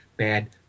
bad